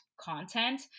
content